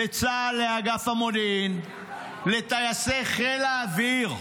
לצה"ל, לאגף המודיעין, לטייסי חיל האוויר,